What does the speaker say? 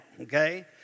okay